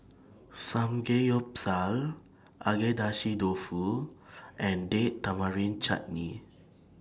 Samgeyopsal Agedashi Dofu and Date Tamarind Chutney